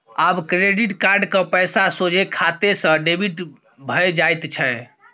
आब credit card क पैसा सोझे खाते सँ डेबिट भए जाइत छै